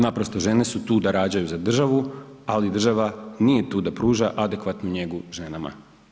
Naprosto žene su tu da rađaju za državu, ali država nije tu da pruža adekvatnu njegu ženama.